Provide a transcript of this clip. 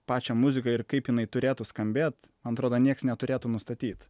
pačią muziką ir kaip jinai turėtų skambėt man atrodo nieks neturėtų nustatyt